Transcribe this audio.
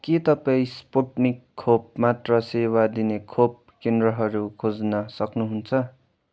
के तपाईँ स्पुटनिक खोप मात्र सेवा दिने खोप केन्द्रहरू खोज्न सक्नुहुन्छ